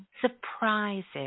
surprises